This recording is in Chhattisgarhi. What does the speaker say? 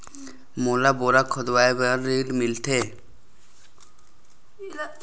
मोला बोरा खोदवाय बार ऋण मिलथे?